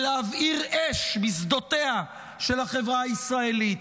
להבעיר אש בשדותיה של החברה הישראלית.